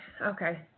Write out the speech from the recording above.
Okay